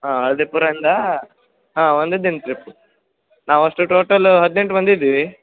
ಹಾಂ ಹಳ್ದಿಪುರ ಇಂದಾ ಹಾಂ ಒಂದೆ ದಿನ ಟ್ರಿಪ್ ನಾವಷ್ಟು ಟೋಟಲ ಹದ್ನೆಂಟು ಮಂದಿ ಇದೀವಿ